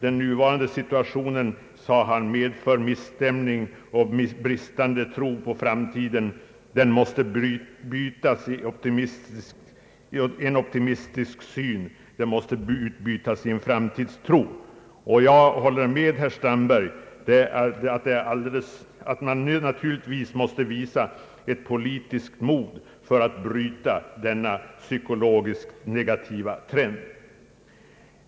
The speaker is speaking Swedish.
Den nuvarande situationen, sade han, medför missstämning och bristande tro på framtiden. Den måste bytas i en optimistisk syn, i en framtidstro. Jag håller med herr Strandberg om att man måste visa ett politiskt mod för att denna psykologiskt negativa trend skall kunna brytas.